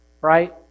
Right